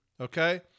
Okay